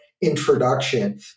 introduction